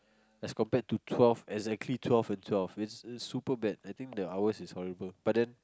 as compared to twelve exactly twelve and twelve it's it's super bad I think the hours is horrible but then